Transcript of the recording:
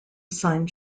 signed